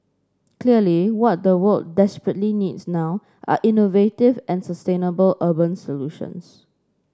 clearly what the world desperately needs now are innovative and sustainable urban solutions